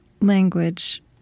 language